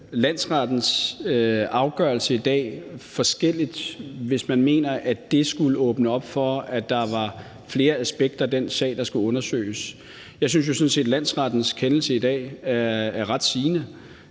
landsrettens afgørelse i dag forskelligt, hvis man mener, at det skulle åbne op for, at der var flere aspekter i den sag, der skulle undersøges. Jeg synes jo sådan set, at landsrettens kendelse i dag er ret sigende.